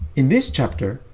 in this chapter,